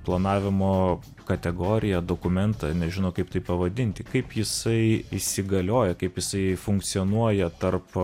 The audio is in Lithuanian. planavimo kategoriją dokumentą nežino kaip tai pavadinti kaip jisai įsigalioja kaip jisai funkcionuoja tarp